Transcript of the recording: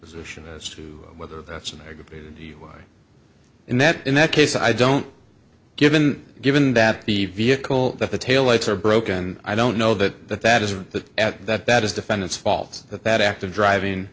position as to whether that's an aggravated you in that in that case i don't give in given that the vehicle that the tail lights are broken i don't know that that that isn't that at that that is defendant's fault that that act of driving